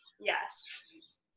Yes